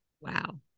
Wow